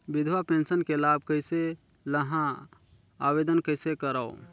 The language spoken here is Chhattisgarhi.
विधवा पेंशन के लाभ कइसे लहां? आवेदन कइसे करव?